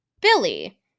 Billy